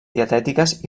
dietètiques